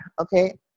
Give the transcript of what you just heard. okay